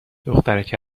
دخترک